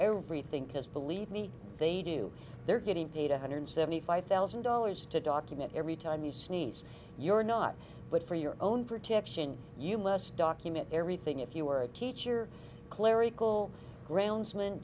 everything because believe me they do they're getting paid a hundred seventy five thousand dollars to document every time you sneeze you're not but for your own protection you must document everything if you are a teacher clerical grounds